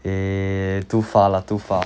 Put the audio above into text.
eh too far lah too far lah